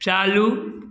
चालू